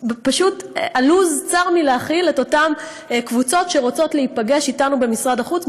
ופשוט הלו"ז צר מלהכיל את אותן קבוצות שרוצות להיפגש אתנו במשרד החוץ,